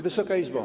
Wysoka Izbo!